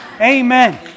Amen